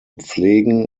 pflegen